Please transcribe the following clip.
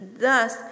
thus